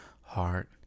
Heart